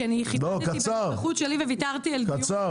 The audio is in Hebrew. כי אני כיבדתי בנוכחות שלי וויתרתי על --- קצר.